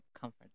comfort